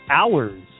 hours